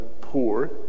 poor